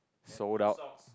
sold out